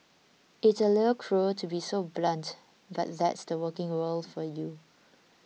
it's a little cruel to be so blunt but that's the working world for you